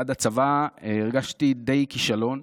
עד הצבא הרגשתי די כישלון.